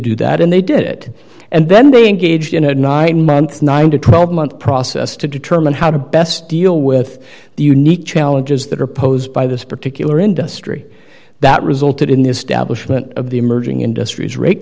do that and they did it and then they engaged in a nine months nine to twelve month process to determine how to best deal with the unique challenges that are posed by this particular industry that resulted in this stablish of the emerging industries rate